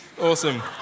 Awesome